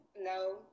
No